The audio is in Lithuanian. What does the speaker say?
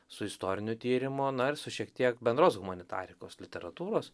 su istoriniu tyrimu na ir su šiek tiek bendros humanitarikos literatūros